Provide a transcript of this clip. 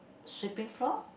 sweeping floor